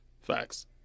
Facts